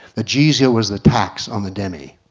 the jizya was the tax on the dhimmi.